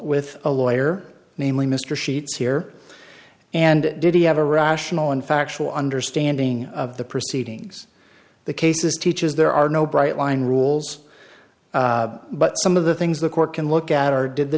with a lawyer namely mr sheets here and did he have a rational and factual understanding of the proceedings the cases teaches there are no bright line rules but some of the things the court can look at are did the